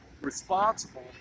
responsible